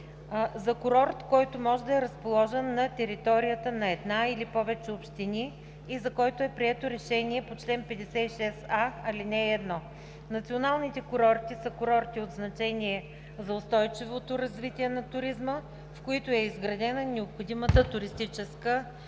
за курорт, който може да е разположен на територията на една или повече общини и за който е прието решение по чл. 56а, ал. 1. Националните курорти са курорти от значение за устойчивото развитие на туризма, в които е изградена необходимата туристическа